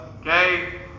okay